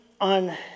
On